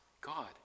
God